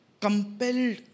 compelled